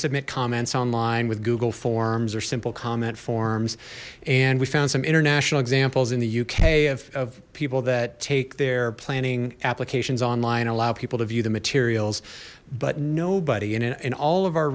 submit comments online with google forms or simple comment forms and we found some international examples in the uk of people that take their planning applications online allow people to view the materials but nobody and in all of our